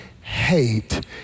hate